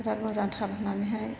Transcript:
बिराद मोजांथार होननानैहाय